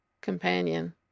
companion